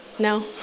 No